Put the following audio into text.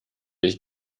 ich